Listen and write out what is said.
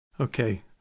Okay